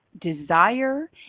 desire